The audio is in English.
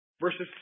versus